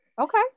Okay